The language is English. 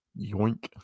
Yoink